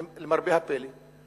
למרבה הפלא,